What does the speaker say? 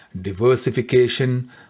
diversification